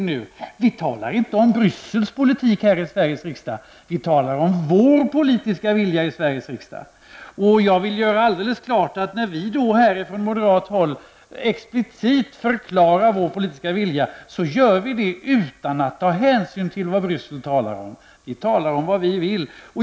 Men vi talar inte om Bryssels politik här i Sveriges riksdag. Vi talar om vår politiska vilja i Sveriges riksdag. Jag vill göra alldeles klart att när vi från moderat håll explicit förklarar vår politiska vilja så gör vi det utan att ta hänsyn till vad Bryssel talar om. Vi talar om vad vi vill.